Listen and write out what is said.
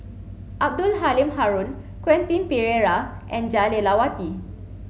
Abdul Halim Haron Quentin Pereira and Jah Lelawati